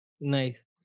Nice